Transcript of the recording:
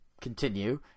continue